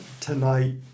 tonight